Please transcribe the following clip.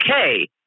okay